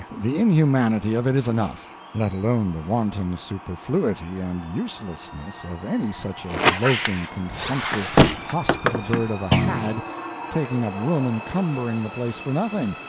the inhumanity of it is enough, let alone the wanton superfluity and uselessness of any such a loafing consumptive hospital-bird of a had taking up room and cumbering the place for nothing.